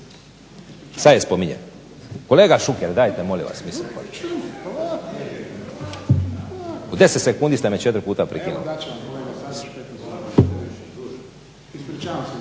Sad je spominjem. Kolega Šuker, dajte molim vas. U 10 sekundi ste me 4 puta prekinuli.